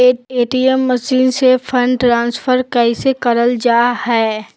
ATM machine से fund transfer कैसे करल जा है?